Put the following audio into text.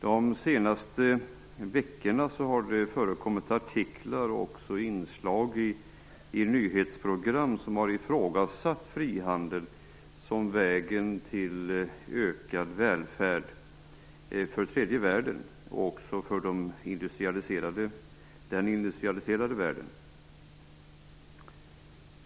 De senaste veckorna har det förekommit artiklar och inslag i nyhetsprogram där frihandel har ifrågasatts som vägen till ökad välfärd i tredje världen och också i den industrialiserade världen.